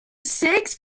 six